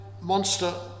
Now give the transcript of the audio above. monster